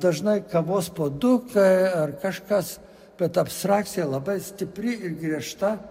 dažnai kavos puoduką ar kažkas bet abstrakcija labai stipri ir griežta